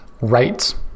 right